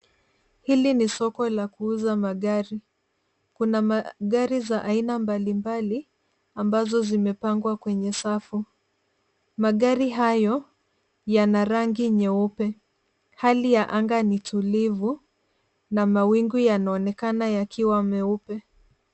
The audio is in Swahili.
Hili ni soko la kuuza magari. Kuna magari za aina mbalimbali ambazo zimepangwa kwenye safu. Magari hayo yana rangi nyeupe. Hali ya anga ni tulivu na mawingu yanaonekana yakiwa meupe.